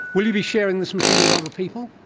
will you be sharing this machine with other people?